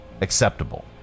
acceptable